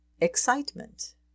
Excitement